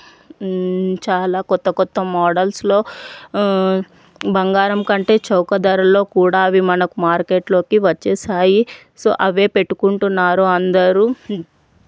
చాలా క్రొత్త క్రొత్త మోడల్స్లో బంగారం కంటే చౌక ధరల్లో కూడా అవి మనకు మార్కెట్లోకి వచ్చేసాయి సో అవే పెట్టుకుంటున్నారు అందరూ